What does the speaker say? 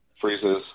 freezes